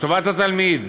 לטובת התלמיד,